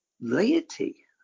laity